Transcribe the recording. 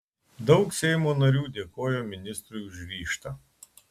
daug seimo narių dėkojo ministrui už ryžtą